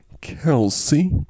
Kelsey